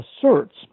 asserts